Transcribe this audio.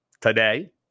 today